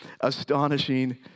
astonishing